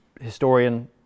historian